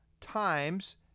times